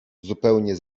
zupełnie